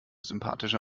sympathische